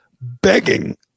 begging